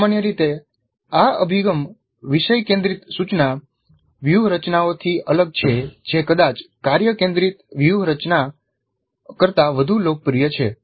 સામાન્ય રીતે આ અભિગમ વિષય કેન્દ્રિત સૂચના વ્યૂહરચનાઓથી અલગ છે જે કદાચ કાર્ય કેન્દ્રિત વ્યૂહરચના કરતાં વધુ લોકપ્રિય છે